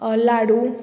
लाडू